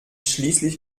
schließlich